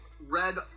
red